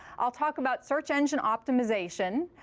i'll talk about search engine optimization.